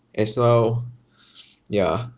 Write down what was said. as well ya